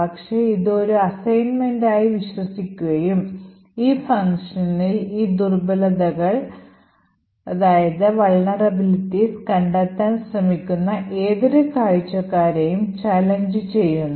പക്ഷേ ഇത് ഒരു അസൈൻമെൻറായി വിശ്വസിക്കുകയും ഈ ഫംഗ്ഷനിൽ ഈ ദുർബലതകൾ കണ്ടെത്താൻ ശ്രമിക്കുന്ന ഏതൊരു കാഴ്ചക്കാരെയും challenge ചെയ്യുന്നു